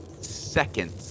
seconds